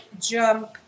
jump